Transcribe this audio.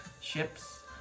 ships